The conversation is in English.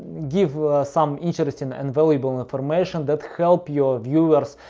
give some interesting and valuable information that help your viewers.